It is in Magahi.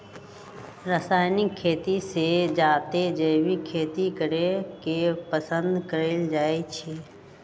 रासायनिक खेती से जादे जैविक खेती करे के पसंद कएल जाई छई